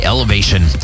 Elevation